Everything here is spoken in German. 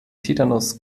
tetanus